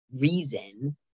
reason